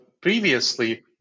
previously